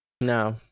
No